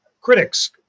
critics